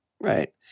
right